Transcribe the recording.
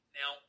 now